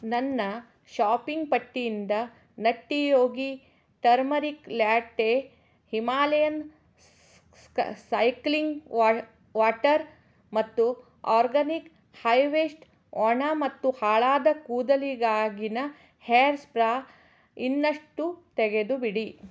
ನನ್ನ ಶಾಪಿಂಗ್ ಪಟ್ಟಿಯಿಂದ nutty yogi turmeric latte Himalayan cycling water ಮತ್ತು ಆರ್ಗನಿಕ್ ಹೈವೇಶ್ಟ್ ಒಣ ಮತ್ತು ಹಾಳಾದ ಕೂದಲಿಗಾಗಿನ ಹೇರ್ ಸ್ಪ್ರಾ ಇನ್ನಷ್ಟು ತೆಗೆದು ಬಿಡಿ